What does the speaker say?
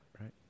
right